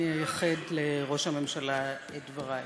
אני אייחד לראש הממשלה את דברי,